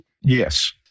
Yes